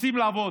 רוצים לעבוד,